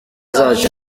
zacu